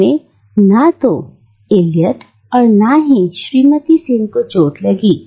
उसमें ना तो एलियन इलियट और ना ही श्रीमती सेन को चोट लगी